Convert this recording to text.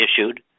issued